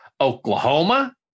Oklahoma